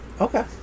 Okay